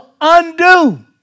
Undo